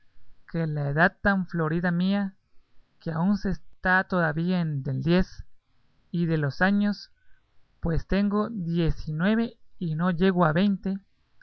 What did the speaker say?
que la edad tan florida mía que aún se está todavía en el diez y de los años pues tengo diez y nueve y no llego a veinte